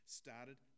started